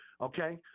okay